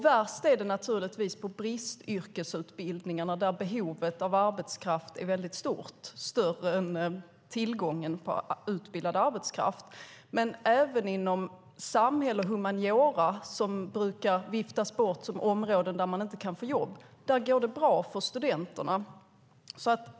Värst är det naturligtvis när det gäller bristyrkesutbildningarna. Där är behovet av arbetskraft väldigt stort, större än tillgången på utbildad arbetskraft. Men även inom samhälle och humaniora, som brukar viftas bort som områden där man inte kan få jobb, går det bra för studenterna.